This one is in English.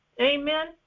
amen